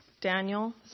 Daniel